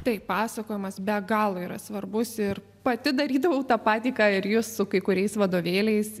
taip pasakojimas be galo yra svarbus ir pati darydavau tą patį ką ir jūs su kai kuriais vadovėliais